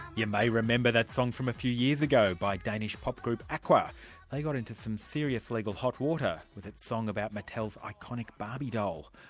yeah may remember that song from a few years ago by danish pop group, aqua. they got into some serious legal hot water with that song about mattel's iconic barbie doll.